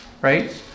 Right